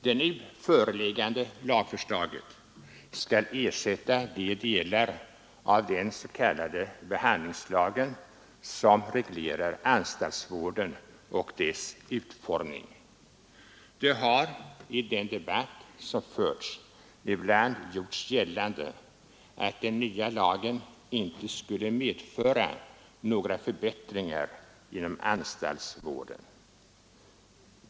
Det nu föreliggande lagförslaget skall ersätta de delar av den s.k. behandlingslagen som reglerar anstaltsvården och dess utformning. Det har i den debatt som förts ibland gjorts gällande att den nya lagen inte skulle medföra några förbättringar inom anstaltsvården.